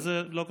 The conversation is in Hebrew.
זה לא קשור.